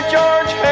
George